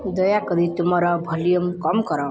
ଦୟାକରି ତୁମର ଭଲ୍ୟୁମ୍ କମ୍ କର